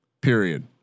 period